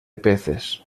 peces